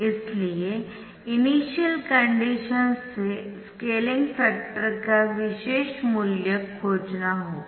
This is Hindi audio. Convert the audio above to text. इसलिए इनिशियल कंडीशंस से स्केलिंग फॅक्टर का विशेष मूल्य खोजना होगा